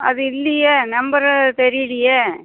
அது இல்லையே நம்பரு தெரியிலையே